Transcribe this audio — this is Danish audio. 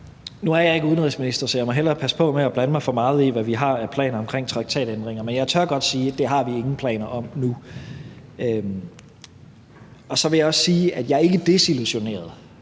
Nu er jeg ikke udenrigsminister, så jeg må hellere passe på med at blande mig for meget i, hvad vi har af planer omkring traktatændringer, men jeg tør godt sige, at det har vi ingen planer om nu. Så vil jeg også sige, at jeg ikke er desillusioneret,